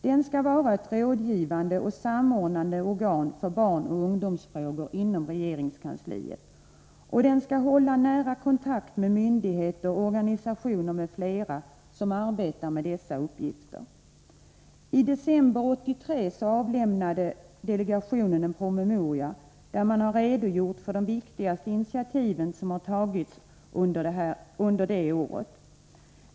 Den skall vara ett rådgivande och samordnande organ för barnoch ungdomsfrågor inom regeringskansliet, och den skall hålla nära kontakt med myndigheter, organisationer m.fl. som arbetar med dessa uppgifter. I december 1983 avlämnade delegationen en promemoria där man har redogjort för de viktigaste initiativen som tagits under det året.